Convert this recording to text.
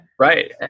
right